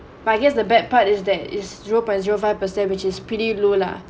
but here's the bad part is there is zero point zero five percent which is pretty low lah